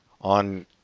On